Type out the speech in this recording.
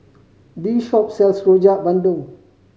this shop sells Rojak Bandung